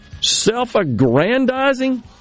Self-aggrandizing